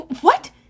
What